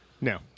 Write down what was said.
No